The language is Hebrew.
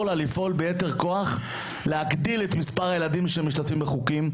לה לפעול ביתר כוח ולהגדיל את מספר הילדים שמשתתפים בחוגים.